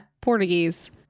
Portuguese